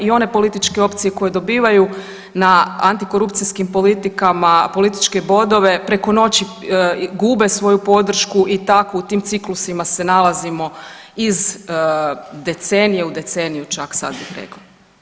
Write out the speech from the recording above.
I one političke opcije koje dobivaju na antikorupcijskim politikama političke bodove preko noći gube svoju podršku i tako u tim ciklusima se nalazimo iz decenije u deceniju sad čak bih rekla.